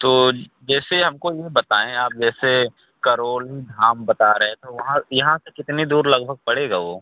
तो जैसे हमको ये बताएँ आप जैसे करोलीधाम बता रहे थे वहाँ यहाँ से कितनी दूर लगभग पड़ेगा वो